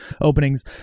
openings